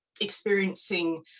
experiencing